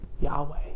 yahweh